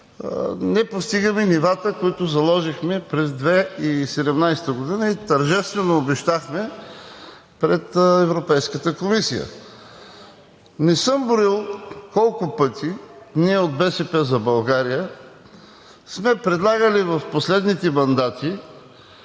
не постигаме нивата, които заложихме през 2017 г. и тържествено обещахме пред Европейската комисия. Не съм броил колко пъти ние, от „БСП за България“, сме предлагали в последните мандати